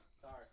Sorry